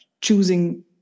choosing